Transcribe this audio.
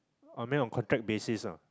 I mean on contract basis ah